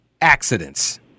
accidents